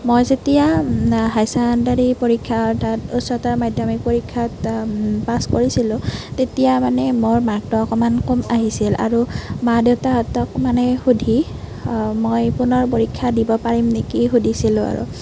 মই যেতিয়া high secondary পৰীক্ষাত উচ্চতৰ মাধ্যমিক পৰীক্ষাত পাছ কৰিছিলোঁ তেতিয়া মানে মোৰ মাৰ্কটো অকণমান কম আহিছিল আৰু মা দেউতাহঁতক মানে সুধি মই পুনৰ পৰীক্ষা দিব পাৰিম নেকি সুধিছিলোঁ আৰু